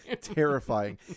terrifying